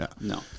no